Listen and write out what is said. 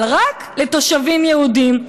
אבל רק לתושבים יהודים.